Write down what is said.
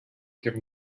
given